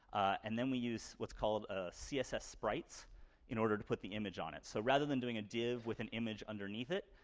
and then we use what's called ah css sprites in order to put the image on it. so rather than doing a div with an image underneath it,